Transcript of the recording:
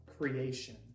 creation